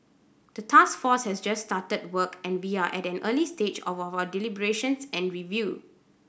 the task force has just started work and we are at an early stage of our deliberations and review